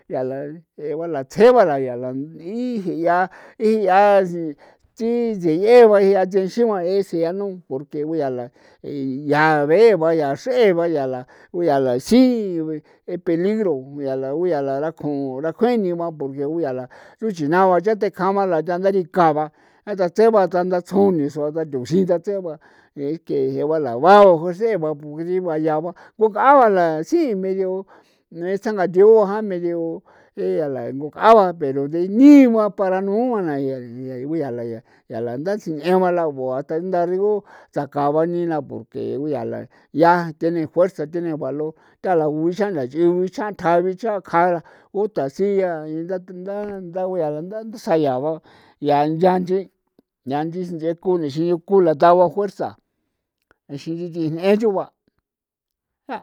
Yaa la th'eba tsje ba la iji'a iji'a ti tseyee ba tjo ese yao porque guya la yaa be'e ba yaa xre'e ba yaa la tsjii peligro yaa ku yaa la kjoon rakjueni ba porque ku yaa la tuchijna ba ko than ntha dikja ba a nda tsee ba ndatsjon ni xraan ndatuxiin datsee ba esque je'e ba la nduauo jusee ba nthi dii ba yaa ba ko gaa yaa ba la si medio tsengatio ba medio ee ungala pero dee nii ba nde ka ra noo ba de ku yaa la nde ndatsi ng'en ba la boa kandu sakaabi na porque ku yaa la tiene fuerza tiene valor thala juuxa la ichatjan icha kjaan ra uta siaa nda nda u ra tsaaya yaa nyanyi nyanyi see ku ku la nda ba fuerza ixin nchi nchi n'en nchu ba.